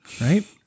Right